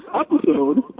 episode